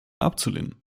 abzulehnen